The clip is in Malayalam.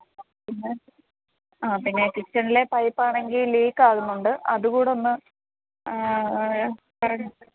ആ പിന്നെ കിച്ചണിലെ പൈപ്പാണെങ്കിൽ ലീക്ക് ആകുന്നുണ്ട് അതും കൂടെ ഒന്ന് പറഞ്ഞോ